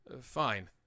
fine